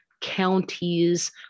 counties